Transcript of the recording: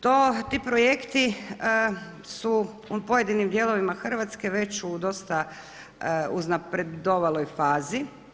Ti projekti su u pojedinim dijelovima Hrvatske već u dosta uznapredovaloj fazi.